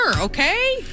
okay